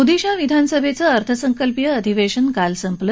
ओदिशा विधानसभेचं अर्थसंकल्पीय अधिवेशन काल संपलं